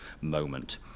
moment